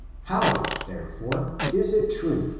how, therefore, is it true,